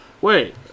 Wait